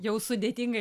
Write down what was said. jau sudėtingai